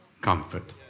comfort